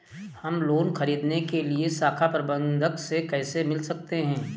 हम लोन ख़रीदने के लिए शाखा प्रबंधक से कैसे मिल सकते हैं?